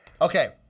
Okay